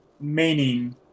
Meaning